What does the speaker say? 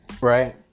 right